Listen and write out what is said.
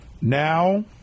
Now